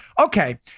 Okay